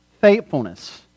faithfulness